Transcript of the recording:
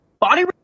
Body